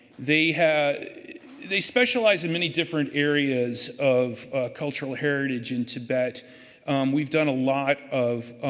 they they specialize in many different areas of cultural heritage in tibet we've done a lot of